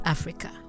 Africa